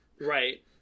right